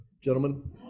Gentlemen